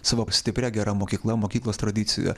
savo stipria gera mokykla mokyklos tradicija